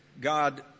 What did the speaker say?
God